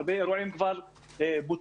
הרבה אירועים כבר בוטלו,